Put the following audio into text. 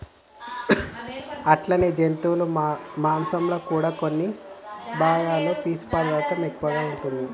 అట్లనే జంతువుల మాంసంలో కూడా కొన్ని భాగాలలో పీసు పదార్థం ఎక్కువగా ఉంటాది